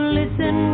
listen